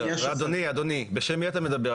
אדוני, אדוני, בשם מי אתה מדבר?